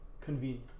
convenience